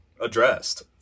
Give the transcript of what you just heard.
addressed